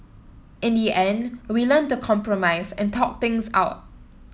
in the end we learnt to compromise and talk things out